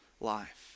life